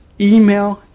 email